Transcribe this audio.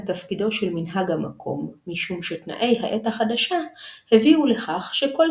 הפסיקה הדומיננטית עדיין נסמכת על הפסוק "אל תיטוש תורת אמך"